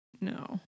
No